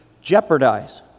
jeopardize